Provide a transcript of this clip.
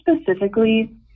specifically